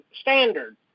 standard